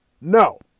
no